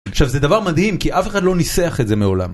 עכשיו זה דבר מדהים כי אף אחד לא ניסח את זה מעולם.